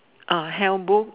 a hell book